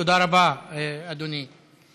תודה רבה, אדוני.